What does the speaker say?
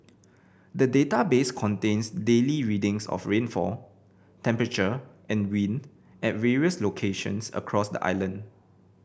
the database contains daily readings of rainfall temperature and wind at various locations across the island